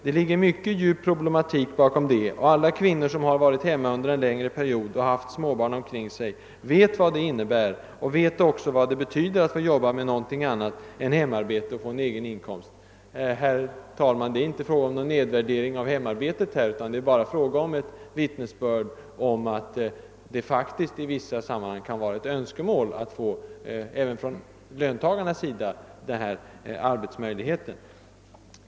Det ligger mycket djup problematik bakom det och alla kvinnor som varit hemma under en längre period och haft småbarn omkring sig vet vad det innebär och vet också vad det betyder att få jobba med någonting annat än hemarbete och få en egen inkomst.» Herr talman! Det är inte fråga om någon nedvärdering av hemarbetet, utan det är endast ett vittnesbörd om att det faktiskt i vissa sammanhang kan vara ett önskemål även från löntagarnas sida att få denna arbetsmöjlighet.